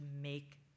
make